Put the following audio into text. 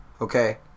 okay